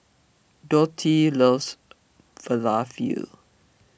Dottie loves Falafel